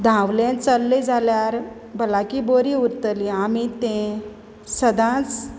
धावलें चल्लें जाल्यार भलायकी बरी उरतली आमी तें सदांच